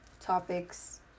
topics